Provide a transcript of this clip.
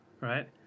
right